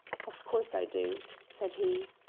of course i do, said he.